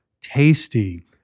tasty